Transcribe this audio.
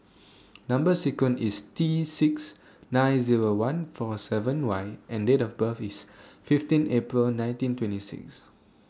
Number sequence IS T six nine Zero one four seven Y and Date of birth IS fifteen April nineteen twenty six